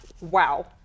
Wow